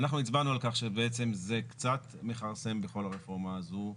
אנחנו הצבענו על כך שבעצם זה קצת מכרסם בכל הרפורמה הזאת.